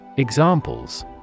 Examples